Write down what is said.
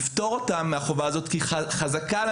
לפטור אותם מהחובה הזאת כי חזקה על